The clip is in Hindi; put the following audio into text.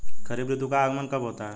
खरीफ ऋतु का आगमन कब होता है?